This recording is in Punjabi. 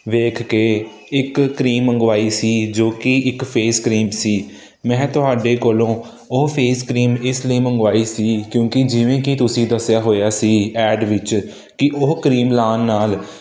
ਵੇਖ ਕੇ ਇੱਕ ਕਰੀਮ ਮੰਗਵਾਈ ਸੀ ਜੋ ਕਿ ਇੱਕ ਫੇਸ ਕਰੀਮ ਸੀ ਮੈਂ ਤੁਹਾਡੇ ਕੋਲੋਂ ਉਹ ਫੇਸ ਕਰੀਮ ਇਸ ਲਈ ਮੰਗਵਾਈ ਸੀ ਕਿਉਂਕਿ ਜਿਵੇਂ ਕਿ ਤੁਸੀਂ ਦੱਸਿਆ ਹੋਇਆ ਸੀ ਐਡ ਵਿੱਚ ਕਿ ਉਹ ਕਰੀਮ ਲਾਉਣ ਨਾਲ